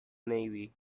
navy